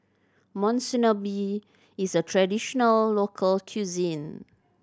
Monsunabe is a traditional local cuisine